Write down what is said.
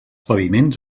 paviments